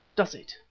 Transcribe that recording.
does it?